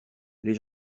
les